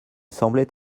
semblait